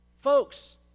Folks